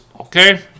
okay